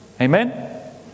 Amen